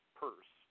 purse